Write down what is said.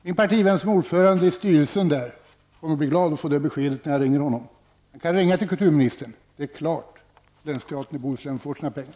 Min partivän som är ordförande i styrelsen där kommer att bli glad att få det beskedet, när jag ringer honom och säger: Du kan ringa till kulturministern! Det är klart! Länsteatern i Bohuslän får sina pengar!